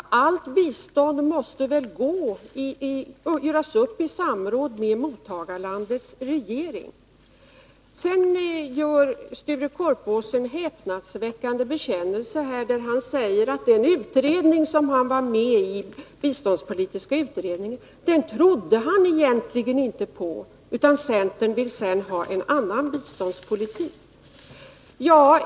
Men allt bistånd måste väl göras upp i samråd med mottagarlandets regering. Det var en häpnadsväckande bekännelse som Sture Korpås här gjorde, när han sade att han egentligen inte trodde på den biståndspolitiska utredning som han var med i och att centern vill ha en annan biståndspolitik.